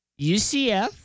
UCF